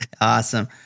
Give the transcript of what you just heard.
Awesome